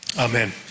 Amen